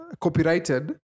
copyrighted